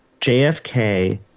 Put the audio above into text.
JFK